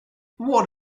what